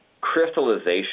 crystallization